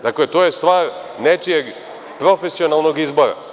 Dakle, to je stvar nečijeg profesionalnog izbora.